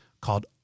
called